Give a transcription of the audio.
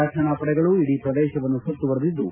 ರಕ್ಷಣಾ ಪಡೆಗಳು ಇಡೀ ಪ್ರದೇಶವನ್ನು ಸುತ್ತುವರೆದಿದ್ದು